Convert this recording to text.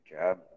job